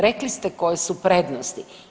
Rekli ste koje su prednosti.